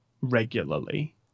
regularly